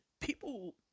people